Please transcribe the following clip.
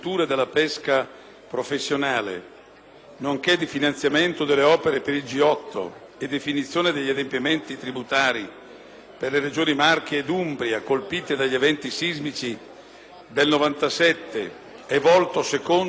nonché di finanziamento delle opere per il G8 e definizione degli adempimenti tributari per le Regioni Marche ed Umbria, colpite dagli eventi sismici del 1997, è volto, secondo la Relazione tecnica presentata dal Governo,